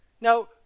Now